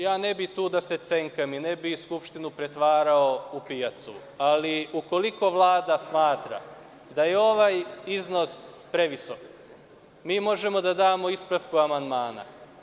Ja ne bih tu da se cenkam i ne bih Skupštinu pretvarao u pijacu, ali ukoliko Vlada smatra da je ovaj iznos previsok, mi možemo da damo ispravku amandmana.